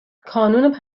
کانون